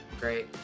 great